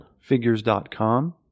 Figures.com